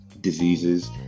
diseases